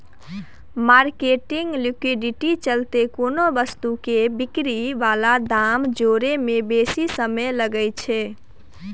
marketing liquidity चलते कोनो वस्तु के बिक्री बला दाम जोड़य में बेशी समय लागइ छइ